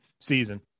season